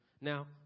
Now